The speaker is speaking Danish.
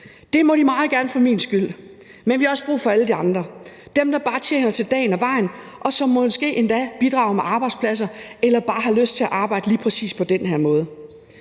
Det må de meget gerne for min skyld, men vi har også brug for alle de andre, altså dem, der bare tjener til dagen og vejen, og som måske endda bidrager med arbejdspladser eller bare har lyst til at arbejde lige præcis på den her måde.